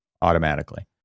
automatically